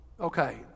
okay